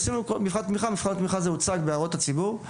עשינו מבחן תמיכה, שהוצג בהערות הציבור.